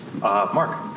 Mark